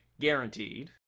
guaranteed